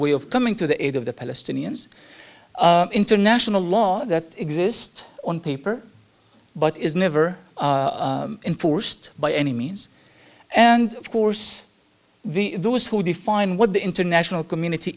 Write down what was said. way of coming to the aid of the palestinians international law that exist on paper but is never enforced by any means and of course the those who define what the international community